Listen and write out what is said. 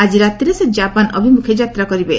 ଆଜି ରାତିରେ ସେ ଜାପାନ୍ ଅଭିମୁଖେ ଯାତ୍ରା କରିବେ